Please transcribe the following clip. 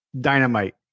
Dynamite